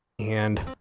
and